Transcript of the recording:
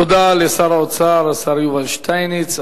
תודה לשר האוצר, השר יובל שטייניץ.